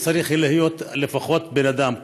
צריך להיות לפחות בן אדם.